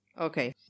Okay